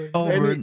over